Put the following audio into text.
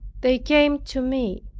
they came to me.